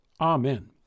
Amen